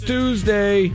Tuesday